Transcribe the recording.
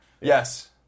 Yes